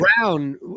Brown